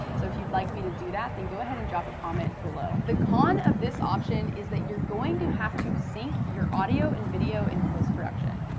so if you'd like me to do that, then go ahead and drop a comment below. the con of this option is that you're going to have to sync your audio and video in post production.